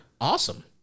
Awesome